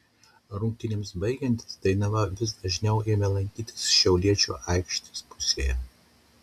rungtynėms baigiantis dainava vis dažniau ėmė lankytis šiauliečių aikštės pusėje